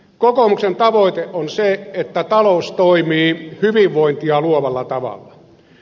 kokoomuksen tavoite on se että talous toimii hyvinvointia luovalla tavalla